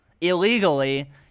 illegally